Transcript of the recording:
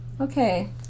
okay